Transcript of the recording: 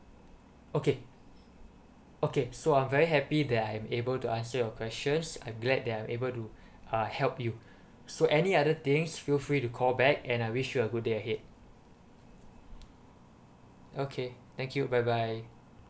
okay okay so I'm very happy that I am able to answer your questions I'm glad that are able to uh help you so any other things feel free to call back and I wish you a good day ahead okay thank you bye bye